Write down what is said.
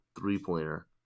three-pointer